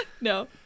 No